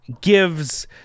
Gives